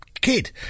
Kid